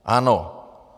Ano.